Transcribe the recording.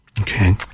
okay